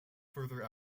further